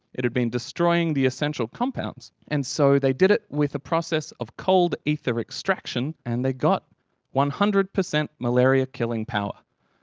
it'd been destroying the essential compounds and so they did it with a process of cold ether extraction and they got one hundred per cent malaria killing power.